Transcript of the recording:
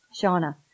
Shauna